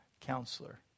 counselor